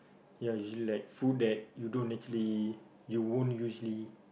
ya usually food that you don't actually you won't actually